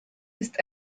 ist